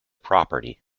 property